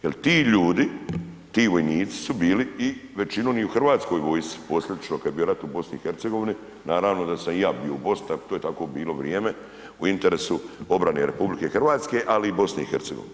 Jel ti ljudi, ti vojnici su bili i većinom i u hrvatskoj vojsci, posljedično kad je bio rat u BiH, naravno da sam i ja bio u Bosni, to je takvo bilo vrijeme u interesu obrane RH, ali i BiH.